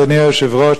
אדוני היושב-ראש,